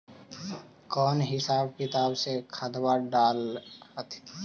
कौन हिसाब किताब से खदबा डाल हखिन?